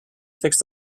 fixed